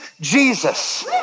Jesus